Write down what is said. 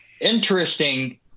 interesting